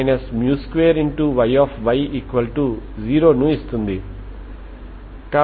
ఎందుకంటే ప్రతి పదం బౌండరీ కండిషన్ లపై హీట్ ఈక్వేషన్ ను సంతృప్తిపరుస్తుంది అందుకే ఈ సూపర్పోజిషన్ సూత్రం పనిచేస్తుంది